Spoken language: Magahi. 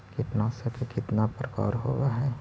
कीटनाशक के कितना प्रकार होव हइ?